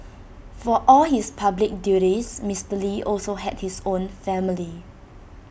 for all his public duties Mister lee also had his own family